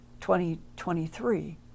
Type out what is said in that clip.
2023